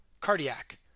Cardiac